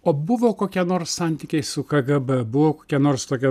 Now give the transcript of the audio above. o buvo kokie nors santykiai su kgb buvo kokia nors tokia